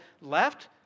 left